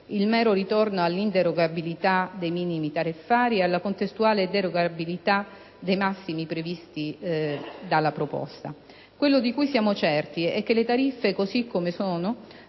il mero ritorno all'inderogabilità dei minimi tariffari e alla contestuale derogabilità dei massimi prevista dalla proposta. Quello di cui siamo certi è che le tariffe, così come sono,